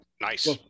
nice